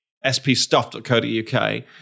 spstuff.co.uk